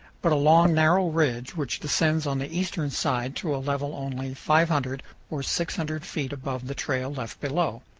but a long narrow ridge which descends on the eastern side to a level only five hundred or six hundred feet above the trail left below.